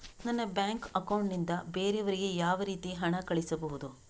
ನನ್ನ bank account ನಿಂದ ಬೇರೆಯವರಿಗೆ ಯಾವ ರೀತಿ ಹಣ ಕಳಿಸಬಹುದು?